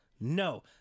No